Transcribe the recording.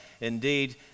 Indeed